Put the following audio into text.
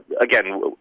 again